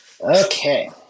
Okay